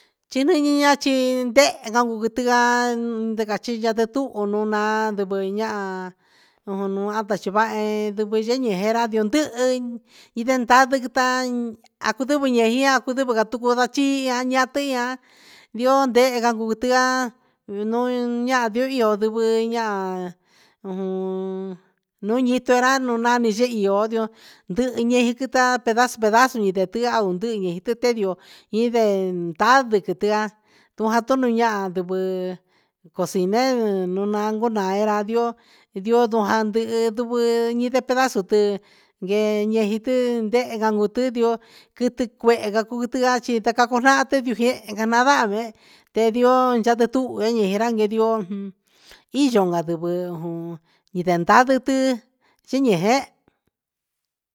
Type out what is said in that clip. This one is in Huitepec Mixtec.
Chinu ini ña chi ndehe ña cachi tuhun un nu naan ndivɨ ñahan ajan un a vachi vahi yu ndɨhɨ indee ndaa siqui ndaa a tu sivi ñia a nducu sivi ndioo ndehe nda gu ti tian ti ñahan io vii ñahan ujun un ñiti ra nani yihi io ndo ndihi ñihɨn quita pedazu pedazu ñi ndihaun ndihi ñi te ndio ñi tarde quitia in ñahan ndigui con sin el un naan cuu ndioo, ndioo jandihi andivɨ ñi pedazu ti guee guee jin ti ndehe ga tu ndioo quiti cuehe ca cuu quiti chi ta catu ju sehe na vaha vee te ndioo cha te tuhu ve quehe ra ndioo iyo va que vee jaan ta ve vitin jini je.